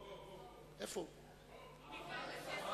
כן.